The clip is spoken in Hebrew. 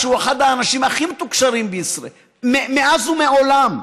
שהוא אחד האנשים הכי מתוקשרים בישראל מאז ומעולם,